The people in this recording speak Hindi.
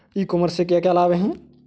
ई कॉमर्स से क्या क्या लाभ हैं?